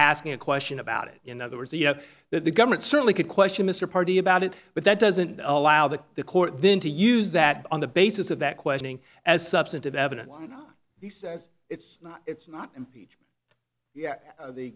asking a question about it in other words you know that the government certainly could question mr party about it but that doesn't allow the the court then to use that on the basis of that questioning as substantive evidence and he says it's not it's not impeach